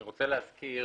אני רוצה להזכיר,